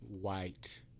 white